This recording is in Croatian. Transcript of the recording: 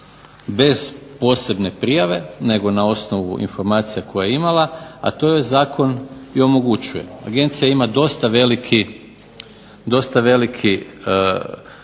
bez posebne prijave nego na osnovu informacije koje je imala, a to joj zakon i omogućuje. Agencija ima dosta veliki